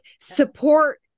Support